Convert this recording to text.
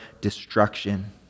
destruction